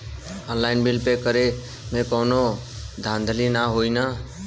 Online bill pay करे में कौनो धांधली ना होई ना?